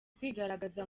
kwigaragaza